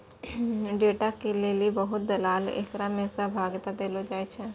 data के लेली बहुते दलाल एकरा मे सहभागिता देलो जाय छै